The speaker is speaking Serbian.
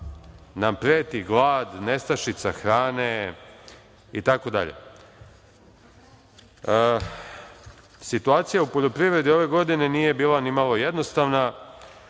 nam preti glad, nestašica hrane itd, situacija u poljoprivredi ove godine nije bila nimalo jednostavna.